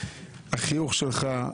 החיוך שלך,